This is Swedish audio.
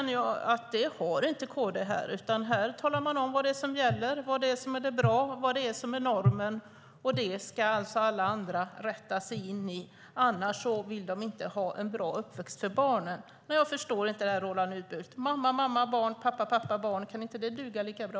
Det har inte KD, utan man talar om vad som gäller, är bra och är normen, och det ska alla andra rätta sig efter, annars vill de inte ha en bra uppväxt för barnen. Jag förstår inte det här, Roland Utbult! Mamma-mamma-barn eller pappa-pappa-barn - kan inte det duga lika bra?